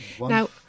Now